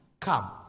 come